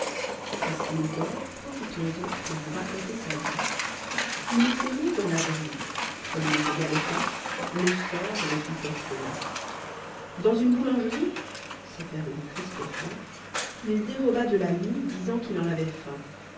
puisqu'il dort profitons-en pour vous raconter sa vie il était né dans la brie comme il était galopin le sort le fit orphelin dans une boulangerie c'est faire une triste fin il déroba de la mie disant qu'il en avait faim